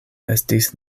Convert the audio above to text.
estis